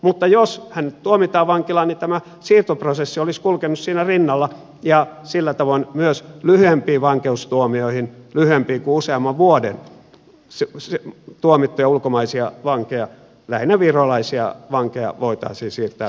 mutta jos hänet tuomitaan vankilaan niin tämä siirtoprosessi olisi kulkenut siinä rinnalla ja sillä tavoin myös lyhyempiin vankeustuomioihin lyhyempiin kuin useamman vuoden tuomittuja ulkomaisia vankeja lähinnä virolaisia vankeja voitaisi syyttää